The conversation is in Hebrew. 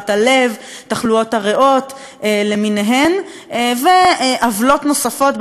תחלואות הריאות למיניהן ועוולות נוספות ברמה העירונית